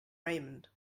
raymond